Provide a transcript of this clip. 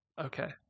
Okay